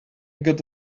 got